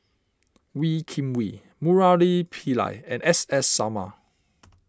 Wee Kim Wee Murali Pillai and S S Sarma